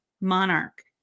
monarch